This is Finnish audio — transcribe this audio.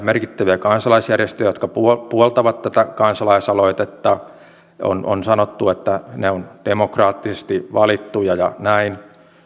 merkittäviä kansalaisjärjestöjä jotka puoltavat tätä kansalaisaloitetta on on sanottu että ne ovat demokraattisesti valittuja ja näin